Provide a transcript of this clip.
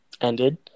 ended